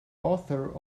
author